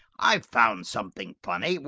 i've found something funny.